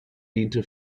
diente